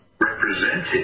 represented